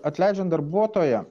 atleidžiant darbuotoją